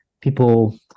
people